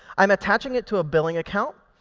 i'm attaching it to a billing account,